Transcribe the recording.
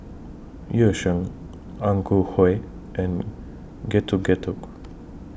Yu Sheng Ang Ku Kueh and Getuk Getuk